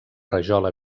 rajola